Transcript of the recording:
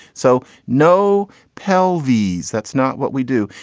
so no pelvis. that's not what we do.